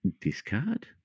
discard